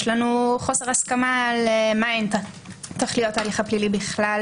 יש לנו חוסר הסכמה על מהן תכליות ההליך הפלילי בכלל,